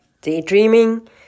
daydreaming